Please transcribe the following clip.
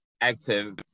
active